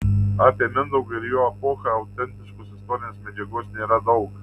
apie mindaugą ir jo epochą autentiškos istorinės medžiagos nėra daug